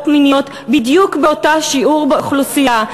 מיניות בדיוק באותו שיעור באוכלוסייה.